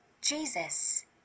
Jesus